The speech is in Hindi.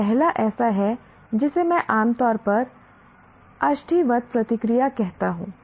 यह पहला ऐसा है जिसे मैं आम तौर पर अष्ठीवत प्रतिक्रिया कहता हूं